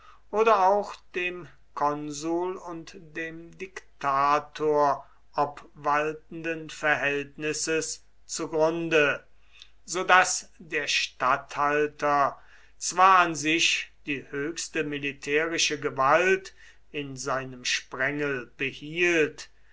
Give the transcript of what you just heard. oder auch dem konsul und dem diktator obwaltenden verhältnisses zu grunde so daß der statthalter zwar an sich die höchste militärische gewalt in seinem sprengel behielt